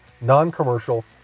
non-commercial